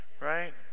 right